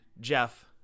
Jeff